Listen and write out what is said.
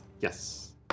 Yes